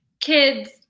kids